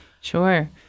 Sure